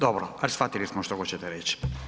Dobro, ali shvatili smo što hoćete reć.